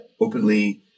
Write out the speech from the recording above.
openly